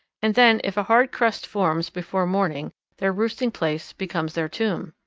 and then if a hard crust forms before morning their roosting place becomes their tomb.